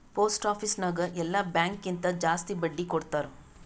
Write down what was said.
post office ನಾಗ್ ಎಲ್ಲಾ bank ಕಿಂತಾ ಜಾಸ್ತಿ ಬಡ್ಡಿ ಕೊಡ್ತಾರ್